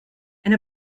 and